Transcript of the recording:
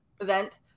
event